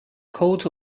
coat